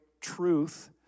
truth